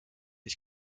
ich